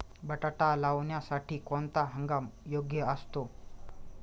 बटाटा लावण्यासाठी कोणता हंगाम योग्य असतो?